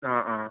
ആ ആ